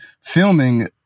filming